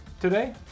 today